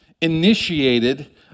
initiated